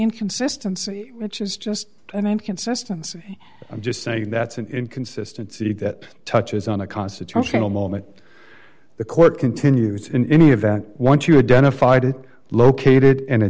inconsistency which is just an inconsistency i'm just saying that's an inconsistency that touches on a constitutional moment the court continues in any event once you identified it located in a